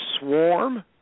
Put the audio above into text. swarm